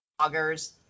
bloggers